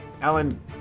Alan